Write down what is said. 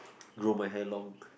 grow my hair long